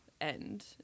end